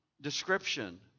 description